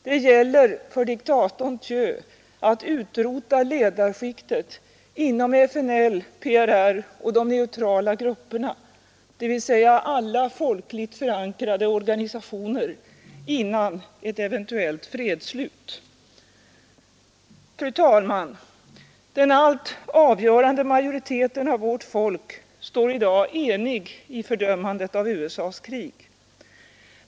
Det gäller för diktatorn Thieu att utrota ledarskiktet inom FNL, PRR och de neutrala grupperna, dvs. alla folkligt förankrade organisationer, före ett eventuellt fredsslut. Fru talman! Den helt avgörande majoriteten av vårt folk står i dag enig i fördömandet av USA ss krig.